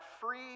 free